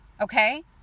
Okay